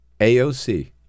AOC